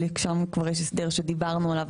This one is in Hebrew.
ושם יש כבר הסדר שדיברנו עליו.